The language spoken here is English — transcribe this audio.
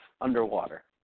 underwater